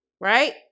right